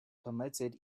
permitted